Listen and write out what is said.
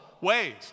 ways